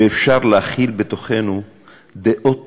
שאפשר להכיל בתוכנו דעות